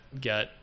get